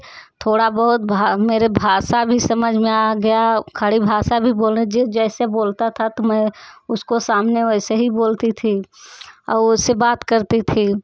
थोड़ा बहुत भाव मेरे भाषा भी समझ में आ गया खड़ी भाषा भी बोली जो जैसे बोलता था तो मैं उसको सामने वैसे ही बोलती थी और उससे बात करती थी